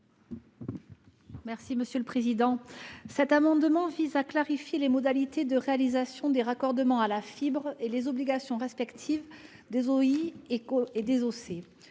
Mme la rapporteure. Cet amendement vise à clarifier les modalités de réalisation des raccordements à la fibre et les obligations respectives des opérateurs